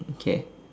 okay